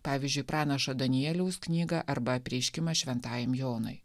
pavyzdžiui pranašo danieliaus knygą arba apreiškimą šventajam jonui